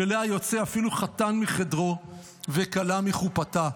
שאליה יוצא אפילו חתן מחדרו וכלה מחופתה.